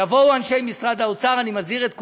יבואו אנשי משרד האוצר, אני מזהיר את כולנו: